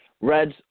Reds